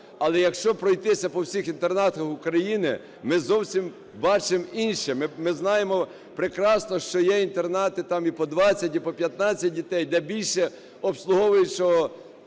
Але якщо пройтися по всіх інтернатах України, ми зовсім бачимо інше. Ми знаємо прекрасно, що є інтернати там і по 20, і по 15 дітей, де більше обслуговуючого